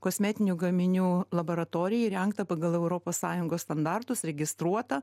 kosmetinių gaminių laboratoriją įrengtą pagal europos sąjungos standartus registruota